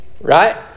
right